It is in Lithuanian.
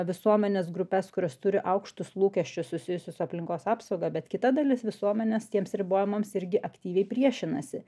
visuomenės grupes kurios turi aukštus lūkesčius susijusius aplinkos apsauga bet kita dalis visuomenės tiems ribojimams irgi aktyviai priešinasi